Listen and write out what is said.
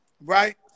right